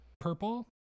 purple